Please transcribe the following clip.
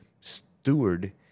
steward